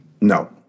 No